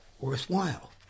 worthwhile